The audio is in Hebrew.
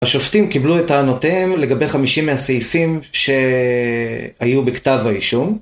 השופטים קיבלו את טענותיהם לגבי 50 מהסעיפים שהיו בכתב האישום.